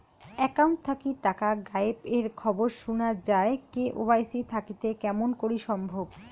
Account থাকি টাকা গায়েব এর খবর সুনা যায় কে.ওয়াই.সি থাকিতে কেমন করি সম্ভব?